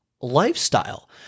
lifestyle